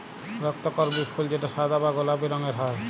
রক্তকরবী ফুল যেটা সাদা বা গোলাপি রঙের হ্যয়